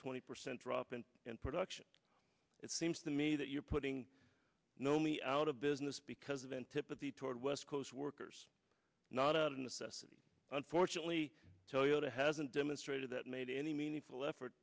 twenty percent drop in production it seems to me that you're putting nomi out of business because of antipathy toward west coast workers not out of necessity unfortunately toyota hasn't demonstrated it made any meaningful effort